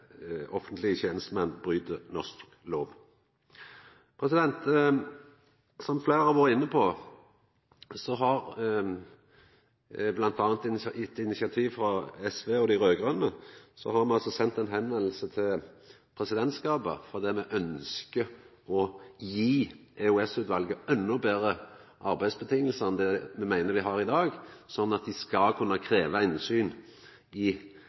offentlege tenestemenn bryt norsk lov. Som fleire har vore inne på, har me bl.a. etter initiativ frå SV og dei raud-grøne sendt eit skriv til presidentskapet der me ønskjer å gje EOS-utvalet endå betre arbeidsvilkår enn det me meiner dei har i dag, sånn at dei skal kunna krevja innsyn i